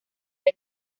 red